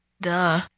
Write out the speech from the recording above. Duh